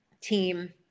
team